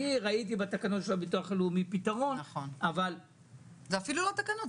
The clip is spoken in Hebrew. אני ראיתי בתקנות של הביטוח הלאומי פתרון --- זה אפילו לא תקנות,